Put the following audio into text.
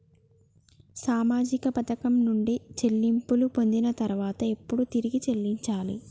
సామాజిక పథకం నుండి చెల్లింపులు పొందిన తర్వాత ఎప్పుడు తిరిగి చెల్లించాలి?